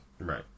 Right